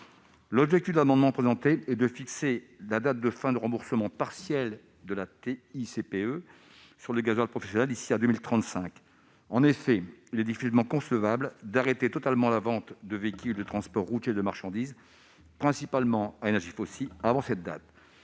Cet amendement a pour objet de fixer la date de fin du remboursement partiel de la TICPE sur le gazole professionnel à 2035. Il est en effet difficilement concevable d'arrêter totalement la vente de véhicules de transport routier de marchandises principalement à énergie fossile plus tôt.